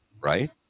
right